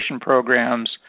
programs